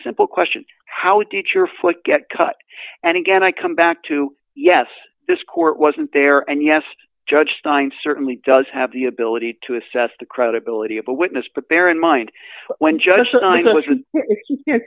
simple question how did your foot get cut and again i come back to yes this court wasn't there and yes judge stein certainly does have the ability to assess the credibility of a witness but bear in mind when ju